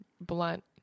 blunt